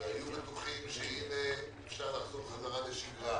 והיו בטוחים שהנה אפשר לחזור חזרה לשגרה.